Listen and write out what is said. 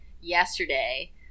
yesterday